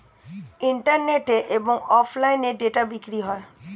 ইন্টারনেটে এবং অফলাইনে ডেটা বিক্রি হয়